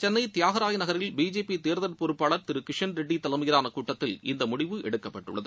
சென்ளை தியாகராய நகரில் பிஜேபி தேர்தல் பொறுப்பாளர் திரு கிஷன்ரெட்டி தலைமையிலான கூட்டத்தில் இந்த முடிவு எடுக்கப்பட்டுள்ளது